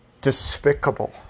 despicable